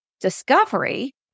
discovery